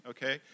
Okay